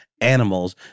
animals